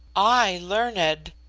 i learned!